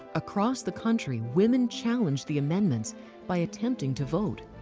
across the country women challenged the amendments by attempting to vote,